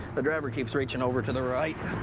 the driver keeps reaching over to the right.